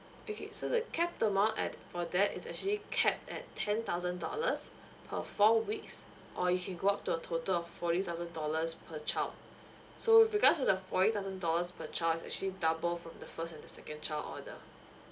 okay so the cap amount at for that is actually capped at ten thousand dollars per four weeks or it can go up to a total of forty thousand dollars per child so with regards to the forty thousand dollars per child is actually double from the first and second child order